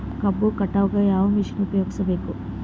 ಕಬ್ಬು ಕಟಾವಗ ಯಾವ ಮಷಿನ್ ಉಪಯೋಗಿಸಬೇಕು?